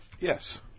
Yes